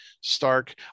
stark